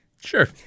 Sure